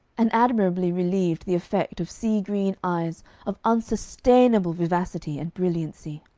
and admirably relieved the effect of sea-green eyes of unsustainable vivacity and brilliancy.